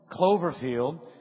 Cloverfield